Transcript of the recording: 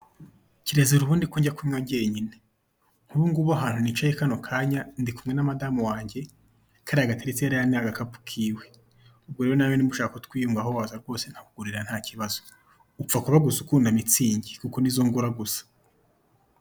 Kirasira ubundi ko jya kunywa ngenyine nkubu ahantu nicaye kano kanya ndi kumwe na madamu wange, Kari gateretse hariya ni agakapu kiwe ubwo rero nawe niba ushaka kutwiyungaho waza rwose nkakugurira takibazo. Upfa kuba gusa ukunda mitsingi kuko nizo ngura gusa